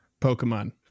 Pokemon